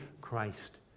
Christ